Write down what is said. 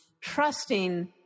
trusting